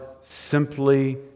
simply